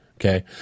Okay